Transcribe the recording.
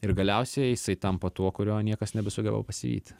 ir galiausiai jisai tampa tuo kurio niekas nebesugeba pasivyti